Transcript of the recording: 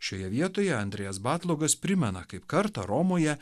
šioje vietoje andrėjas batlogas primena kaip kartą romoje